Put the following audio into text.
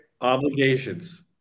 Obligations